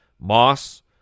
Moss